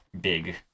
big